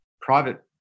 private